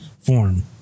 form